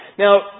Now